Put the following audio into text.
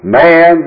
man